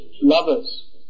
lovers